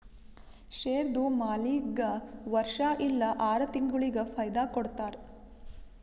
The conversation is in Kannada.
ಶೇರ್ದು ಮಾಲೀಕ್ಗಾ ವರ್ಷಾ ಇಲ್ಲಾ ಆರ ತಿಂಗುಳಿಗ ಫೈದಾ ಕೊಡ್ತಾರ್